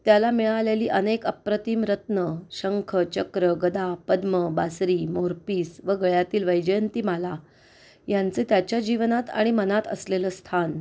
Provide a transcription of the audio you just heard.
त्याला मिळालेली अनेक अप्रतिम रत्नं शंख चक्र गदा पद्म बासरी मोरपीस व गळ्यातील वैजयंती माला यांचे त्याच्या जीवनात आणि मनात असलेलं स्थान